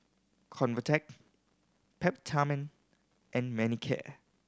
Convatec Peptamen and Manicare